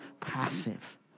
passive